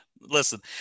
Listen